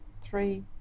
Three